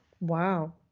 wow